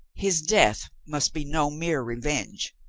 his death must be no mere revenge,